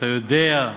כשאתה יודע,